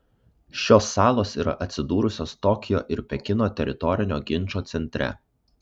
šios salos yra atsidūrusios tokijo ir pekino teritorinio ginčo centre